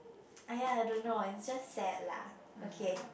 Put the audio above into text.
!aiya! I don't know I just sad lah okay